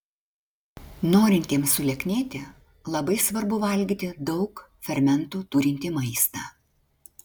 norintiems sulieknėti labai svarbu valgyti daug fermentų turintį maistą